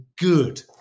good